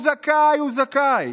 הוא זכאי,